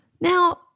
Now